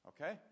Okay